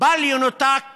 בל ינותק